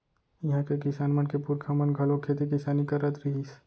इहां के किसान मन के पूरखा मन घलोक खेती किसानी करत रिहिस